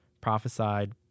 prophesied